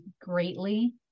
greatly